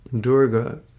Durga